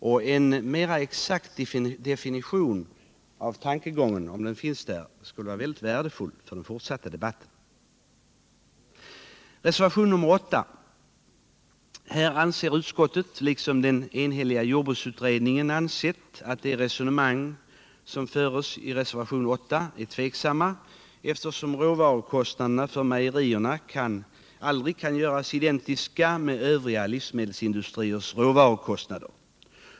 En mera exakt definition av tankegången — om den nu finns där — skulle vara värdefull för den fortsatta debatten. Vad beträffar reservationen 8 anser utskottet liksom den enhälliga jordbruksutredningen att de resonemang som där förs är tveksamma, eftersom råvarukostnaderna för mejerierna aldrig kan göras identiska med övriga livsmedelsindustriers råvarukostnader.